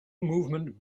movement